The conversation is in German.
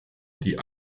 die